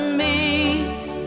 meets